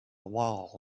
wall